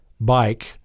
bike